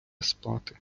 спати